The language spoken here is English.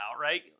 Right